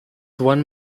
one